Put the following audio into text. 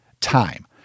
time